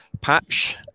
patch